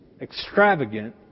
Extravagant